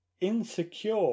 insecure